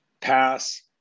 pass